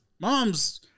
mom's